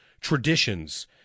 traditions